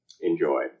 enjoy